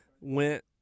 went